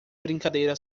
brincadeira